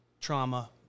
trauma